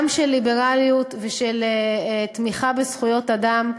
גם של ליברליות וגם של תמיכה בזכויות אדם,